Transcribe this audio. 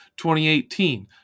2018